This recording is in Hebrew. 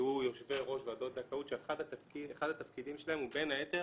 יהיו יושבי ראש ועדות זכאות שאחד התפקידים שלהם הוא בין היתר